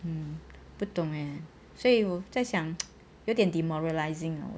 mm 不懂 eh 所以我在想 有点 demoralising ah